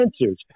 answers